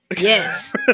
yes